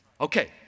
Okay